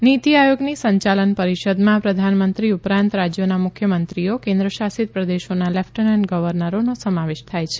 નીતી આયોગની સંચાલન પરીષદમાં પ્રધાનમંત્રી ઉપરાંત રાજયોના મુખ્યમંત્રીઓ કેન્દ્રશાસિત પ્રદેશોના લેફટનંટ ગવર્નરોનો સમાવેશ થાય છે